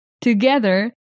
Together